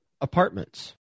apartments